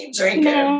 drinking